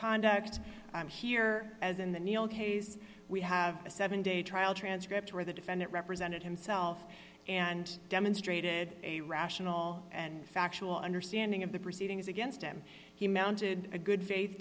conduct here as in the neil case we have a seven day trial transcript where the defendant represented himself and demonstrated a rational and factual understanding of the proceedings against him he mounted a good faith